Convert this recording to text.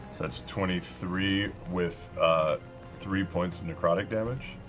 that's twenty three with three points of necrotic damage.